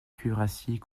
cuirassiers